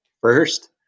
first